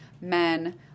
men